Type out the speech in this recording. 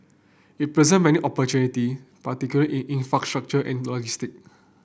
it present many opportunity particularly in infrastructure and logistic